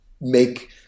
make –